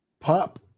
Pop